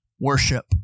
worship